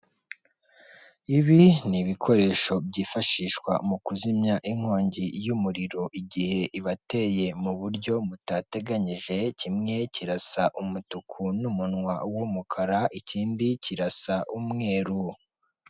Ibi ni ibikoresho byifashishwa mu kuzimya inkongi y'umuriro igihe ibateye mu buryo butateganyije kimwe kirasa umutuku n'umunwa w'umukara ikindi kirasa umweru.